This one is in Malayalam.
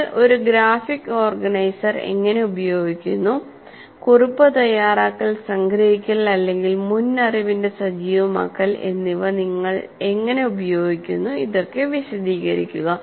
നിങ്ങൾ ഒരു ഗ്രാഫിക് ഓർഗനൈസർ എങ്ങനെ ഉപയോഗിക്കുന്നു കുറിപ്പ് തയ്യാറാക്കൽ സംഗ്രഹിക്കൽ അല്ലെങ്കിൽ മുൻ അറിവിന്റെ സജീവമാക്കൽ എന്നിവ നിങ്ങൾ എങ്ങനെ ഉപയോഗിക്കുന്നു ഇതൊക്കെ വിശദീകരിക്കുക